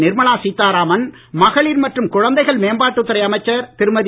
நிர்மலா சீதாராமன் மகளிர் மற்றும் குழந்தைகள் மேம்பாட்டுத் துறை அமைச்சர் திருமதி